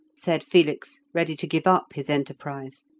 said felix, ready to give up his enterprise.